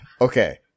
Okay